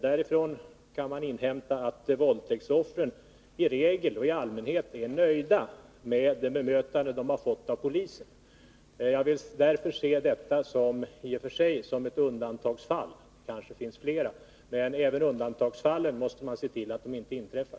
Därifrån kan man inhämta att våldtäktsoffren i regel är nöjda med det bemötande de har fått av polisen. Jag vill därför i och för sig se det nu aktuella fallet som ett undantagsfall — det finns kanske flera — men man måste se till att inte heller undantagsfallen inträffar.